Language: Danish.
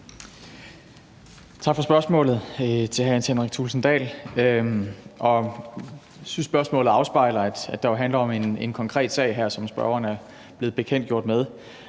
Tak for spørgsmålet til hr. Jens Henrik Thulesen Dahl. Og jeg synes jo, at spørgsmålet afspejler, at det her handler om en konkret sag, som spørgeren er blevet gjort